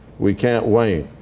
we can't wait.